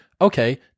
okay